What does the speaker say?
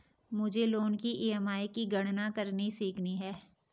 मुझे लोन की ई.एम.आई की गणना करनी सीखनी है